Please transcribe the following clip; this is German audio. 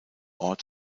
ort